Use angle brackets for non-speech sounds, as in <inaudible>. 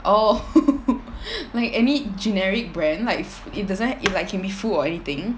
oh <laughs> like any generic brand like fo~ it doesn't it like can be food or anything